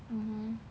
mmhmm